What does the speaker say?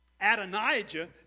Adonijah